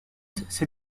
cette